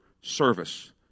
service